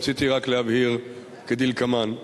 רציתי להבהיר כדלקמן: